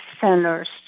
centers